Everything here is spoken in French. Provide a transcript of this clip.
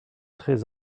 très